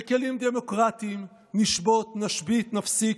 בכלים דמוקרטיים, נשבות, נשבית, לא נפסיק.